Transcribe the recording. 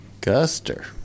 Guster